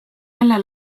jälle